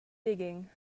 digging